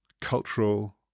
cultural